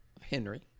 Henry